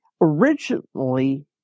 originally